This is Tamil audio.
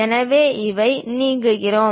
எனவே இதை நீக்குகிறோம்